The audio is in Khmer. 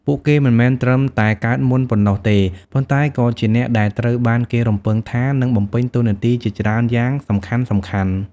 ពួកគេមិនមែនត្រឹមតែកើតមុនប៉ុណ្ណោះទេ ប៉ុន្តែក៏ជាអ្នកដែលត្រូវបានគេរំពឹងថានឹងបំពេញតួនាទីជាច្រើនយ៉ាងសំខាន់ៗ។